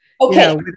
Okay